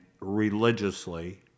religiously